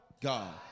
God